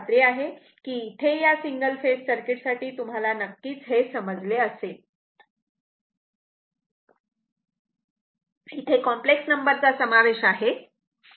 मला खात्री आहे की इथे या सिंगल फेज AC सर्किट साठी तुम्हाला नक्कीच हे समजले असेल इथे कॉम्प्लेक्स नंबर चा समावेश आहे